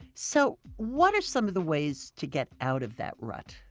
so what are some of the ways to get out of that rut?